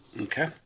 Okay